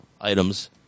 items